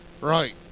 Right